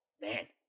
man